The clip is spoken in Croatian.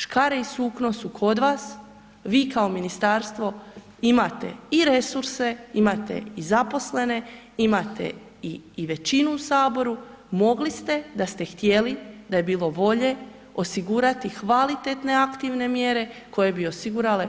Škare i sukno su kod vas, vi kao ministarstvo imate i resurse, imate i zaposlene, imate i većinu u Saboru, mogli ste da ste htjeli, da je bilo volje, osigurati kvalitetne aktivne mjere koje bi osigurale